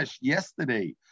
yesterday